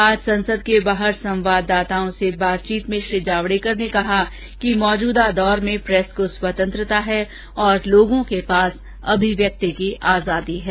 आज संसद के बाहर संवाददाताओं से बातचीत में प्रकाश जावड़ेकर ने कहा कि मौजूदा दौर में प्रेस को स्वतंत्रता है तथा लोगों के पास अभिव्यक्ति की आजादी है